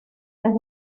las